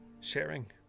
sharing